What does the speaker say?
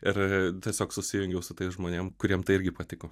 ir tiesiog susijungiau su tais žmonėm kuriem tai irgi patiko